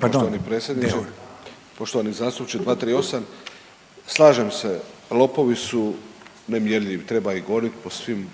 pardon Deur. **Deur, Ante (HDZ)** Poštovani predsjedniče, poštovani zastupniče, 238.. Slažem se, lopovi su nemjerljivi, treba ih gonit po svim,